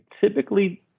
typically